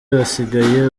hasigaye